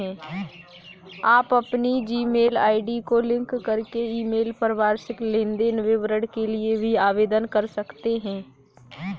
आप अपनी Gmail ID को लिंक करके ईमेल पर वार्षिक लेन देन विवरण के लिए भी आवेदन कर सकते हैं